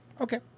Okay